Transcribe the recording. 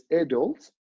adults